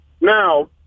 Now